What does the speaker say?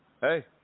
Hey